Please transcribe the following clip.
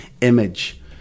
image